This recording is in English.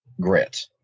grit